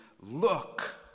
look